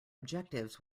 objectives